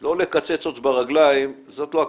לא לקצץ ברגליים, זאת לא הכוונה.